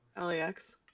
LAX